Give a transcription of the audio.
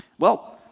well,